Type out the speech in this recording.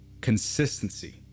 consistency